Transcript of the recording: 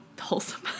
wholesome